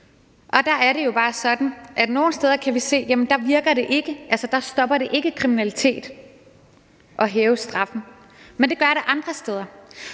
altså der stopper det ikke kriminalitet at hæve straffen, men det gør det andre steder.